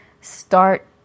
start